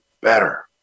better